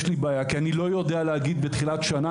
יש לי בעיה כי אני לא יודע להגיד בתחילת שנה,